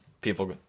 people